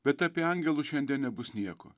bet apie angelus šiandien nebus nieko